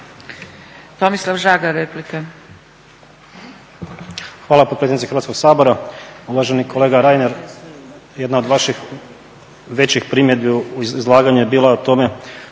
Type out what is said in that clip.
Tomislav (SDP)** Hvala potpredsjednice Hrvatskog sabora. Uvaženi kolega Reiner, jedna od vaših većih primjedbi u izlaganju je bila o tome